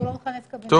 שהוא לא מכנס קבינט.